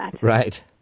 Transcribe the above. Right